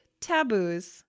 taboos